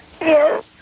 Yes